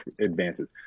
advances